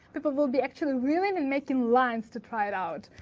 people will be actually willing and making lines to try it out.